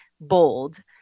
bold